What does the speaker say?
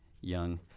young